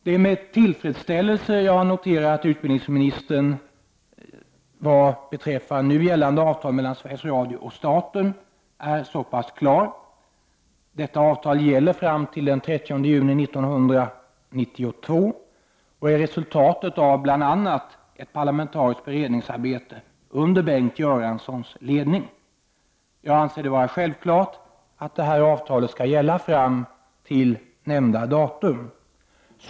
Det är med tillfredsställelse jag noterar att utbildningsministern är så klar vad beträffar nu gällande avtal mellan Sveriges Radio och staten. Detta avtal gäller fram till den 30 juni 1992 och är resultatet av bl.a. ett parlamentariskt beredningsarbete under Bengt Göranssons ledning. Jag anser det vara självklart att detta avtal skall gälla fram till nämnda datum.